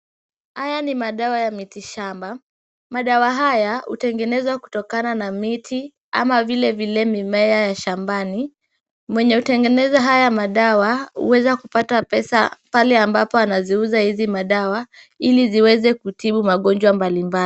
Haya ni madawa ya miti shamba, madawa haya hutengenezwa kutokana na miti kama vile mimea ya shambani. Mwenye hutengeneza haya madawa huwezakupata pesa pale ambapo anaziuza hizi madawa ili ziweze kutibu magonjwa mbalimbali.